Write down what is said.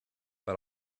but